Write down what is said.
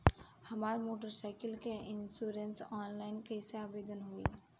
हमार motorcycle के insurance online कईसे आवेदन होई?